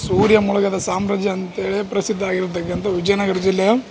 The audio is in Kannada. ಸೂರ್ಯ ಮುಳುಗದ ಸಾಮ್ರಾಜ್ಯ ಅಂಥೇಳಿ ಪ್ರಸಿದ್ಧಾಗಿರ್ತಕಂಥ ವಿಜಯನಗರ ಜಿಲ್ಲೆಯ